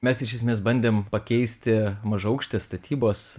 mes iš esmės bandėm pakeisti mažaaukštės statybos